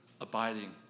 abiding